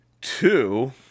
Two